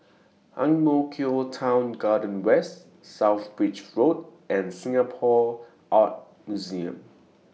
Ang Mo Kio Town Garden West South Bridge Road and Singapore Art Museum